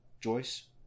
Joyce